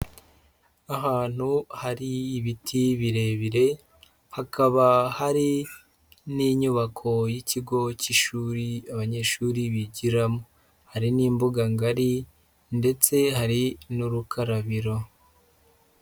Ahantu hari ibiti birebire hakaba hari n'inyubako y'ikigo cy'ishuri abanyeshuri bigiramo. Hari n'imbuga ngari ndetse hari n'urukarabiro.